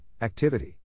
activity